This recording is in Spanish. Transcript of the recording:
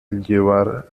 llevar